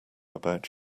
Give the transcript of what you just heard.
about